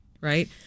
Right